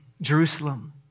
Jerusalem